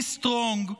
be strong,